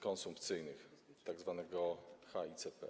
konsumpcyjnych, tzw. HICP.